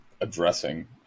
addressing